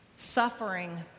Suffering